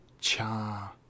cha